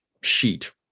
sheet